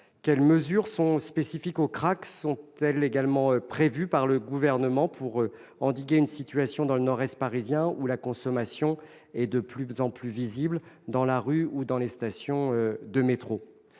Quelles mesures spécifiques au crack sont-elles prévues par le Gouvernement pour endiguer la situation actuelle dans le nord-est parisien, où la consommation est de plus en plus visible dans la rue ou dans les stations de métro ?